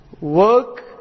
work